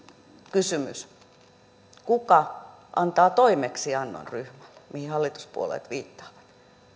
kysymys kuka antaa toimeksiannon ryhmälle mihin hallituspuolueet viittaavat